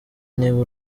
niba